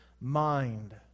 mind